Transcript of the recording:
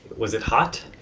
was it hot?